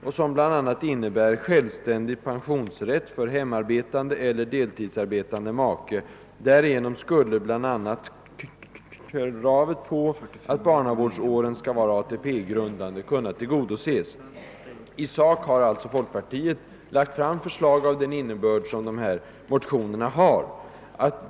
Det innebär bl.a. självständig pensionsrätt för hemarbetande eller deltidsarbetande make. Därigenom skulle bla. kravet att barnavårdsåren skall vara ATP grundande kunna tillgodoses. I sak har alltså folkpartiet lagt fram förslag av den innebörd som dessa motioner har.